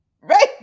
Right